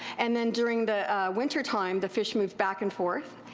and then during the wintertime the fish moved back and forth,